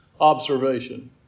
observation